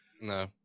No